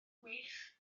wych